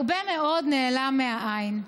הרבה מאוד נעלם מהעין.